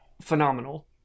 Phenomenal